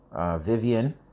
Vivian